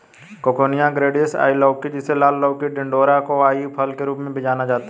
coccinia grandis, ivy लौकी, जिसे लाल लौकी, टिंडोरा और कोवाई फल के रूप में भी जाना जाता है